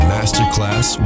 Masterclass